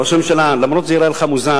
למה, ראש הממשלה, למרות שזה ייראה לך מוזר,